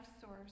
source